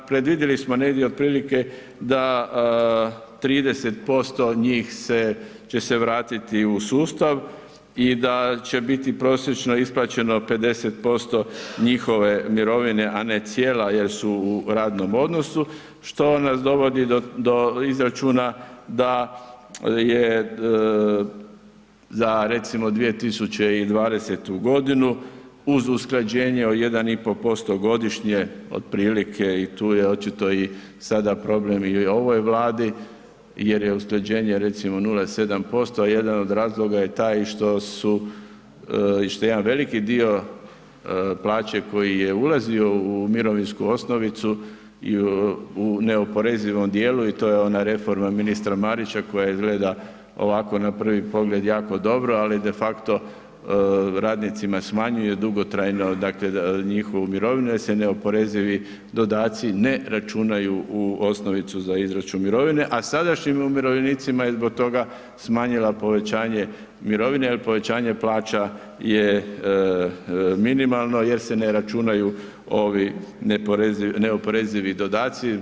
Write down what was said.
Predvidjeli smo negdje otprilike da 30% njih se, će se vratiti u sustav i da će biti prosječno isplaćeno 50% njihove mirovine, a ne cijela jel su u radnom odnosu što nas dovodi do izračuna da je za recimo 2020.g. uz usklađenje od 1,5% godišnje otprilike i tu je očito i sada problem i ovoj Vladi jer je usklađenje recimo 0,7%, a jedan od razloga je i taj što su, što je jedan veliki dio plaće koji je ulazio u mirovinsku osnovicu u neoporezivom dijelu i to je ona reforma ministra Marića koja izgleda ovako na prvi pogled jako dobro, ali de facto radnicima smanjuje dugotrajno dakle njihovu mirovinu jer se neoporezivi dodaci ne računaju u osnovicu za izračun mirovine, a sadašnjim umirovljenicima je zbog toga smanjila povećanje mirovine jer povećanje plaća je minimalno jer se ne računaju ovi neoporezivi dodaci.